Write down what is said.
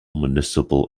municipal